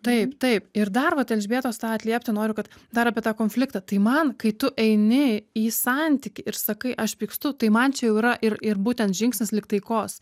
taip taip ir dar vat elžbietos tą atliepti noriu kad dar apie tą konfliktą tai man kai tu eini į santykį ir sakai aš pykstu tai man čia jau yra ir ir būtent žingsnis lyg taikos